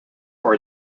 for